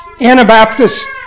Anabaptist